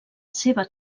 seva